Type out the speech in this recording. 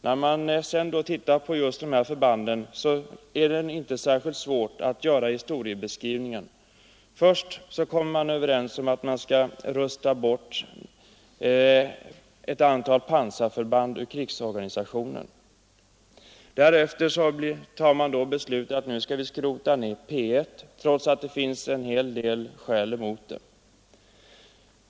När vi då ser på just de förband det gäller är det inte särskilt svårt att göra historieskrivningen. Först kommer man överens om att ”rusta bort” ett antal pansarförband ur krigsorganisationen. Därefter fattar man beslut om att skrota ner P1, trots att det finns en hel del skäl emot detta.